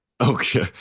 Okay